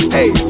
Hey